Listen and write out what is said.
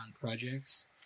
projects